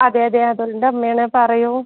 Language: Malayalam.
അതേ അതെ അതുലിൻ്റെ അമ്മയാണ് പറയൂ